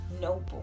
noble